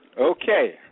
Okay